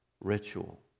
ritual